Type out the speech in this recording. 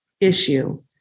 issue